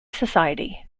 society